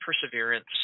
Perseverance